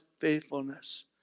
faithfulness